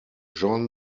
john